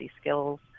skills